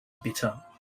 bitter